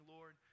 Lord